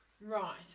Right